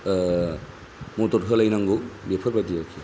मदद होलायनांगौ बेफोरबादि आरोखि